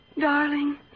darling